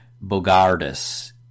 Bogardus